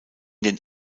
den